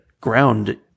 ground